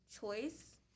choice